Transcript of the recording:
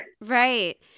Right